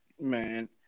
Man